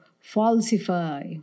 falsify